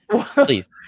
please